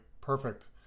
perfect